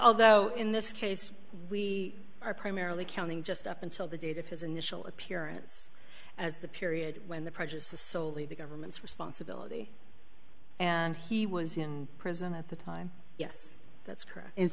although in this case we are primarily counting just up until the date of his initial appearance as the period when the project soli the government's responsibility and he was in prison at the time yes that's correct